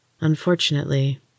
Unfortunately